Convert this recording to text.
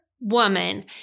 woman